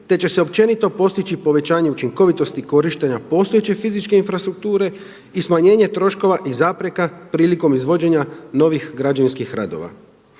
te će se općenito postići povećanje učinkovitosti korištenja postojeće fizičke infrastrukture i smanjenje troškova i zapreka prilikom izvođenja novih građevinskih radova.